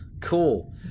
Cool